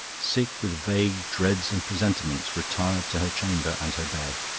sick with vague dreads and presentiments, retired to her chamber and her bed.